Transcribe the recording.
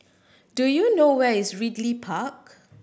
do you know where is Ridley Park